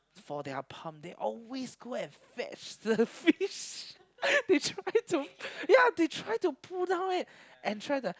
for their pump they always go and fetch the fish they try to yeah they try to pull down it and try the